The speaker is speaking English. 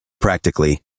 Practically